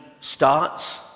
starts